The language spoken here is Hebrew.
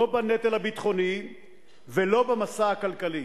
לא בנטל הביטחוני ולא במשא הכלכלי.